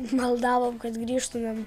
maldavom kad grįžtumėm